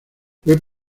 fue